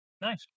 Nice